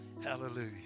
Hallelujah